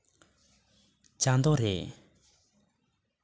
ᱪᱟᱸᱫᱳ ᱨᱮ